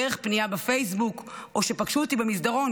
דרך פנייה בפייסבוק או שפגשו אותי במסדרון